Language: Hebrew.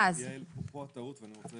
ברכישת